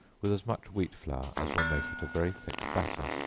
with as much wheat flour as will make it a very thick batter,